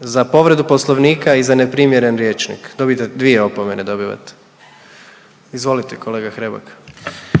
za povredu Poslovnika i za neprimjeren rječnik. Dvije opomene dobivate. Izvolite kolega Hrebak.